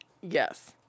Yes